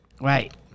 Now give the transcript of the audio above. Right